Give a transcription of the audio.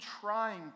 trying